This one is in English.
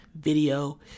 video